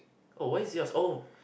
oh why is yours oh